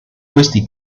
questi